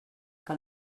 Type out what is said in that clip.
que